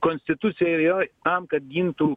konstitucija ir yra tam kad gintų